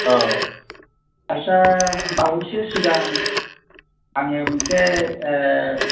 औ आदसा बावैसो सिगां आंनिया मोनसे